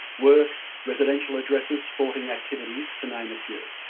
work, residential addresses, sporting activities to name a few.